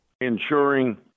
Ensuring